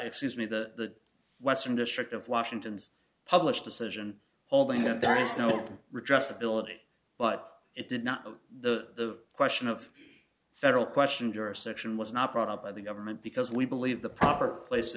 excuse me the western district of washington's published decision holding up various no redress ability but it did not of the question of federal question jurisdiction was not brought up by the government because we believe the proper place t